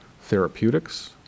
therapeutics